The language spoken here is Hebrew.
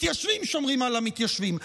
מתיישבים שומרים על המתיישבים,